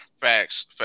Facts